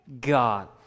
God